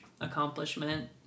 accomplishment